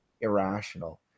irrational